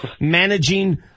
managing